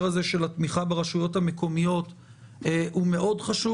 של התמיכה ברשויות המקומיות הוא מאוד חשוב.